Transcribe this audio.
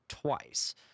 twice